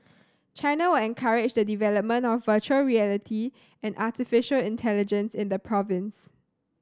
China will encourage the development of virtual reality and artificial intelligence in the province